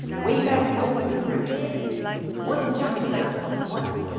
way back when when you were a kid? it wasn't just about the money, was it?